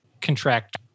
contract